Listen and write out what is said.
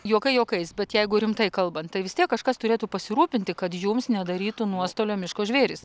juokai juokais bet jeigu rimtai kalbant tai vis tiek kažkas turėtų pasirūpinti kad jums nedarytų nuostolio miško žvėrys